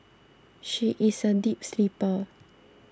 she is a deep sleeper